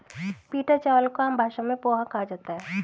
पीटा चावल को आम भाषा में पोहा कहा जाता है